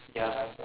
ya